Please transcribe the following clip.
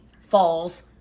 falls